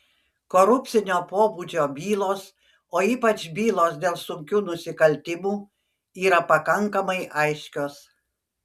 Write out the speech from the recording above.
korupcinio pobūdžio bylos o ypač bylos dėl sunkių nusikaltimų yra pakankamai aiškios